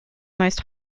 most